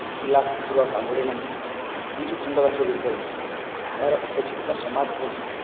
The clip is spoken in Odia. ଭୁକିଲା କୁକୁର କାମୁଡ଼େ ନାହିଁ ଏହି ଯେଉଁ ଖଣ୍ଡବାକ୍ୟ ଗୁଡ଼ିକ ରହିଛି ଏହାର ଉପଯୋଗିତା ସମାଜ ପ୍ରତି